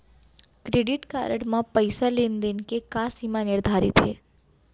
Credit card म पइसा लेन देन के का सीमा निर्धारित हे?